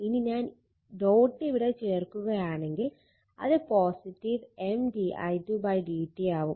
ഇനി ഞാൻ ഡോട്ട് ഇവിടെ ചേർക്കുകയാണെങ്കിൽ അത് M di2 dt ആവും